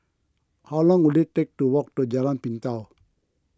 how long will it take to walk to Jalan Pintau